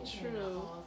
True